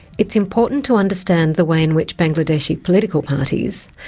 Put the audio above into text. it's important to understand the way in which bangladeshi political parties,